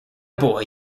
boy